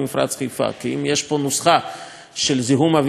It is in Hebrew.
כי אם יש פה נוסחה של זיהום אוויר שנוצר,